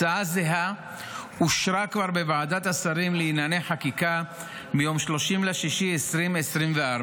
הצעה זהה אושרה כבר בוועדת השרים לענייני חקיקה ביום 30 ביוני 2024,